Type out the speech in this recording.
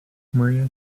maria